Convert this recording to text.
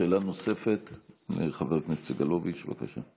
שאלה נוספת לחבר הכנסת סגלוביץ', בבקשה.